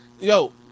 yo